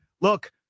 Look